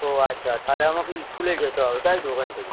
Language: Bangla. তো আচ্ছা তাহলে আমাকে স্কুলে যেতে হবে তাই তো ওখান থেকে